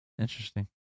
Interesting